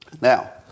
Now